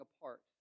apart